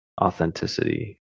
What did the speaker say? authenticity